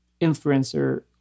influencer